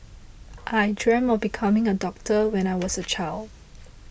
I dreamed of becoming a doctor when I was a child